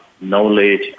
knowledge